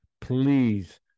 please